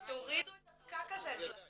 תורידו את הפקק הזה אצלכם.